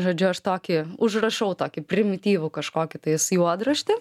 žodžiu aš tokį užrašau tokį primityvų kažkokį tais juodraštį